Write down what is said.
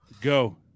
Go